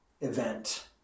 event